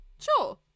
Sure